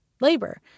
labor